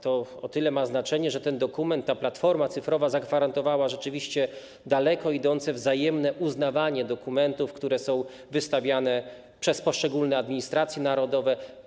To ma znaczenie o tyle, że dokument, ta platforma cyfrowa zagwarantowała rzeczywiście daleko idące wzajemne uznawanie dokumentów, które są wystawiane przez poszczególne administracje narodowe.